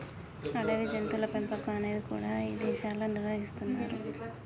అడవి జంతువుల పెంపకం అనేది కూడా ఇదేశాల్లో నిర్వహిస్తున్నరు